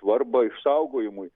svarbą išsaugojimui